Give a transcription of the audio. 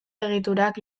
egiturak